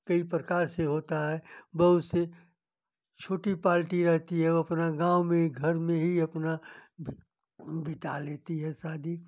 कई प्रकार से होता है बहुत से छोटी पार्टी रहती है वो अपना गाँव में ही घर में ही अपना बीता लेती है शादी